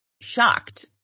shocked